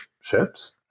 ships